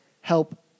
help